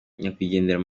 nyakwigendera